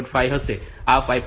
5 હશે આ 5